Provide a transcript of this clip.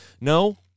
No